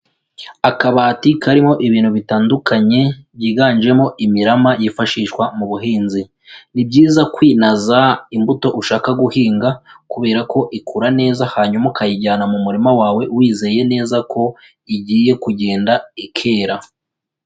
Akabati karimo ibintu bitandukanye, byiganjemo imirama yifashishwa mu buhinzi. Ni byiza kwinaza imbuto ushaka guhinga, kubera ko ikura neza hanyuma ukayijyana mu murima wawe, wizeye neza ko igiye kugenda ikera.